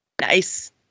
Nice